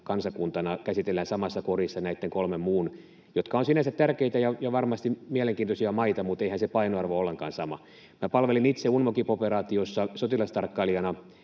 kansakuntana käsitellään samassa korissa näitten kolmen muun kanssa, jotka ovat sinänsä tärkeitä ja varmasti mielenkiintoisia maita, niin eihän se painoarvo ole ollenkaan sama. Minä palvelin itse UNMOGIP-operaatiossa sotilastarkkailijana